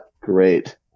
great